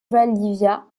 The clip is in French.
valdivia